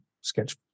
sketch